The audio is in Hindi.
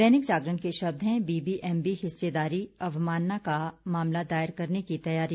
दैनिक जागरण के शब्द हैं बीबीएमबी हिस्सेदारी अवमानना का मामला दायर करने की तैयारी